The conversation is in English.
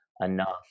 enough